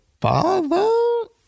father